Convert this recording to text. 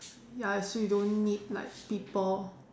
ya so you don't need like people